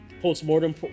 post-mortem